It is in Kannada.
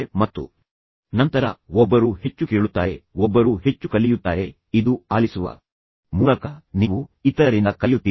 ಮತ್ತು ನಂತರ ಒಬ್ಬರು ಹೆಚ್ಚು ಕೇಳುತ್ತಾರೆ ಒಬ್ಬರು ಹೆಚ್ಚು ಕಲಿಯುತ್ತಾರೆ ಇದು ಆಲಿಸುವ ಮೂಲಕ ನೀವು ಇತರರಿಂದ ಕಲಿಯುತ್ತೀರಿ